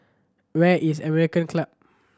where is American Club